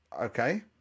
okay